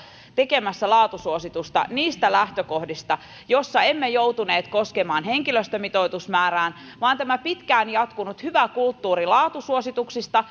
tekemässä laatusuositusta niistä lähtökohdista joissa emme joutuneet koskemaan henkilöstömitoitusmäärään tämä pitkään jatkunut hyvä kulttuuri laatusuosituksista